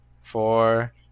four